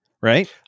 right